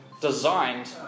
designed